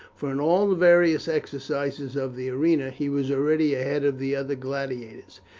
for in all the various exercises of the arena he was already ahead of the other gladiators.